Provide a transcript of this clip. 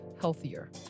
healthier